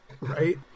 Right